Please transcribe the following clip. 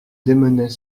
démenait